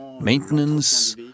maintenance